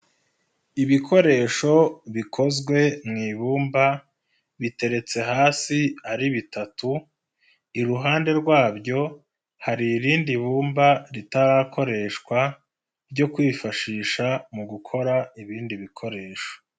Ibikoresho bikozwe mu ibumba, biteretse hasi ari bitatu, iruhande rwabyo hari irindi bumba ritarakoreshwa ryo kwifashisha mu gukora ibindi bikoresho.